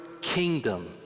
kingdom